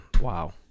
wow